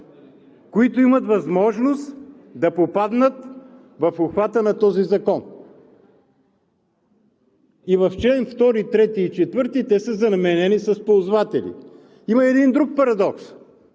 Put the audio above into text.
които имат възможност да попаднат в обхвата на този закон и в членове 2, 3 и 4 те са заменени с „ползватели“. Има един друг парадокс,